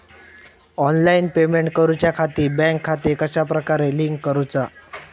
Online payment करुच्याखाती bank खाते कश्या प्रकारे लिंक करुचा?